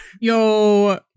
Yo